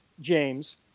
James